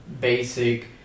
basic